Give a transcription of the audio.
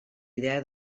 idea